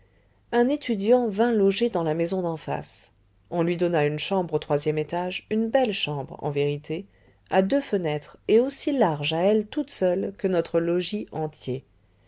un étudiant vint loger dans la maison d'en face on lui donna une chambre au troisième étage une belle chambre en vérité à deux fenêtres et aussi large à elle toute seule que notre logis entier